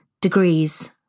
degrees